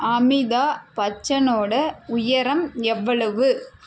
அமிதாப் பச்சனோடய உயரம் எவ்வளவு